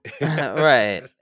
right